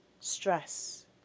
stress